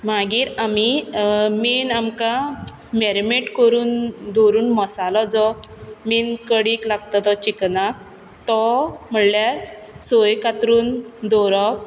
मागीर आमी मेन आमकां मॅरिनेट करून दवरून मसालो जो मेन कडयेक लागता तो चिकनाक तो म्हणल्यार सोय कातरून दवरप